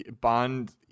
Bond